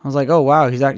like, oh, wow, he's, like